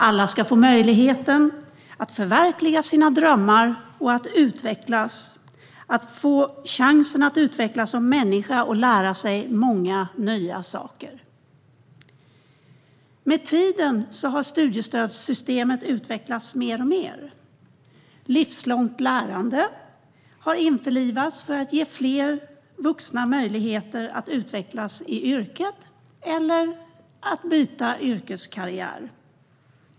Alla ska få möjligheten att förverkliga sina drömmar, få chansen att utvecklas som människa och att lära sig många nya saker. Med tiden har studiestödssystemet utvecklats alltmer. Livslångt lärande har införlivats för att ge fler vuxna möjligheter att utvecklas i yrket eller byta yrke.